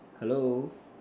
hello